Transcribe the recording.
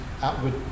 outward